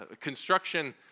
construction